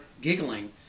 giggling